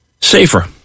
safer